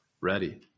ready